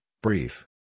brief